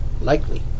likely